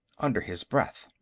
under his breath.